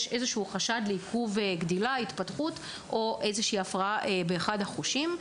חשש לעיכוב גדילה והתפתחות או הפרעה באחד החושבים